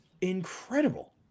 incredible